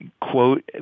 quote